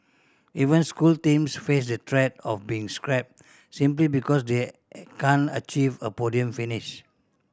even school teams face the threat of being scrapped simply because they can't achieve a podium finish